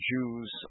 Jews